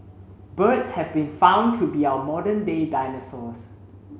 birds have been found to be our modern day dinosaurs